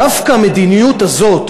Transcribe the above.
דווקא המדיניות הזאת,